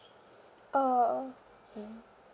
oh okay